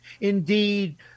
Indeed